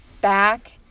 back